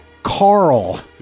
Carl